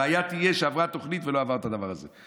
הבעיה תהיה שעברה תוכנית ולא עברה את הדבר הזה.